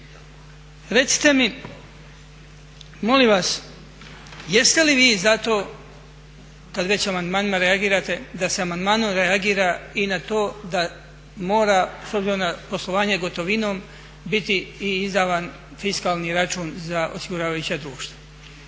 Recite mi molim vas jeste li vi za to, kad već amandmanima reagirati, da se amandmanom reagira i na to da mora s obzirom na poslovanje gotovinom biti i izdavan fiskalni račun za osiguravajuća društva?